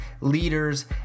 leaders